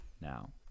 now